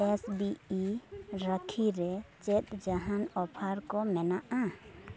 S B I ᱨᱟᱹᱠᱷᱤᱨᱮ ᱪᱮᱫ ᱡᱟᱦᱟᱱ ᱚᱯᱷᱟᱨ ᱠᱚ ᱢᱮᱱᱟᱜᱼᱟ